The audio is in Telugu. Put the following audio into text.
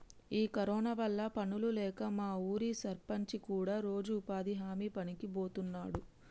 ఈ కరోనా వల్ల పనులు లేక మా ఊరి సర్పంచి కూడా రోజు ఉపాధి హామీ పనికి బోతున్నాడు